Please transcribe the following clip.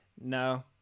No